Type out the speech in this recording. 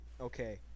Okay